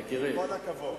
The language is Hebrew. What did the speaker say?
באמת, אני מכבד אותך.